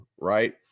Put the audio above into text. right